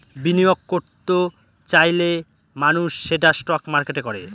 বিনিয়োগ করত চাইলে মানুষ সেটা স্টক মার্কেটে করে